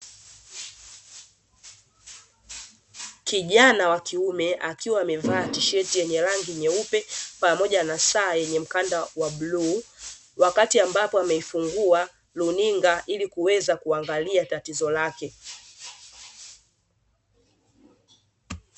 Kijana wa kiume akiwa amevaa tisheti yenye rangi nyeupe, pamoja na saa yenye mkanda wa bluu, wakati ambao amefungua runinga ili kuweza kuangalia tatizo lake.